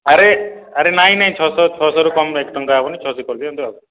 ଆରେ ଆରେ ନାଇଁ ନାଇଁ ଛଅଶହ ଛଅଶହରୁ କମ୍ ଏକ ଟଙ୍କା ହେବନି ଛଅଶହ କରିଦିଅନ୍ତୁ ଆଉ